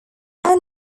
town